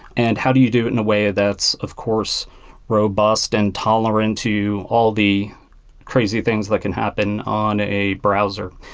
and how do you do it in a way that's of course robust and tolerant to all the crazy things that can happen on a browser?